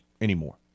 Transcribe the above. anymore